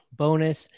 bonus